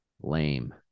lame